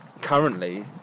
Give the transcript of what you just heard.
currently